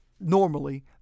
normally